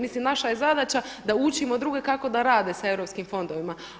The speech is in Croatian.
Mislim naša je zadaća da učimo druge kako da rade sa europskim fondovima.